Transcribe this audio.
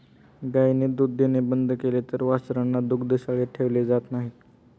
गायीने दूध देणे बंद केले तर वासरांना दुग्धशाळेत ठेवले जात नाही